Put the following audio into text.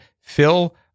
fill